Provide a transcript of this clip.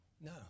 No